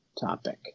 topic